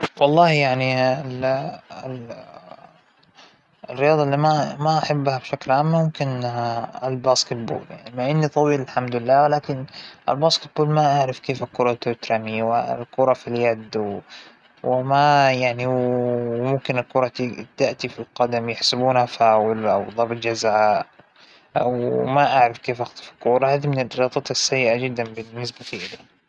ما بيحضرنى حيوان معين، ومانى ضليعة، أو عالمة بالحيوان، لكن دائماً فا- أنا مؤمنه إن لله فى خلقة شؤون، إحنا ما بنعرف كل شى وما جيت قابلنا كل الحيوانات، ام- لكن خلينى أذكر إنه جنديل البحر، يعجبنى شكله بس، وهو تحت الماى تحسه فعلاً مبهج.